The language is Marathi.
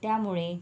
त्यामुळे